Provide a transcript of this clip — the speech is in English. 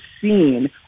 seen